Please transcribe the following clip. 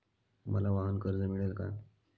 मला वाहनकर्ज मिळेल का?